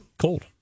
cold